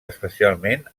especialment